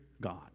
God